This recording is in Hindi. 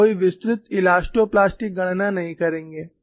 हम कोई विस्तृत इलास्टो प्लास्टिक गणना नहीं करेंगे